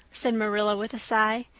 said marilla, with a sigh.